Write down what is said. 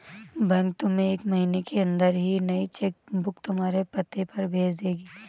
bank तुम्हें एक महीने के अंदर ही नई चेक बुक तुम्हारे पते पर भेज देगी